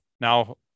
Now